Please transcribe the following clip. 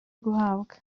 guhabwa